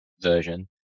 version